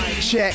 check